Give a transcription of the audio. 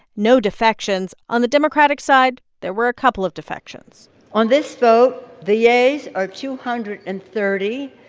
no defections. on the democratic side, there were a couple of defections on this vote, the yays are two hundred and thirty.